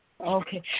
Okay